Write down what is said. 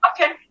Okay